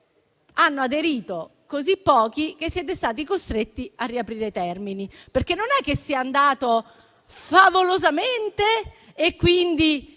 hanno aderito così pochi che siete stati costretti a riaprire i termini. Non è che sia andato favolosamente e, quindi,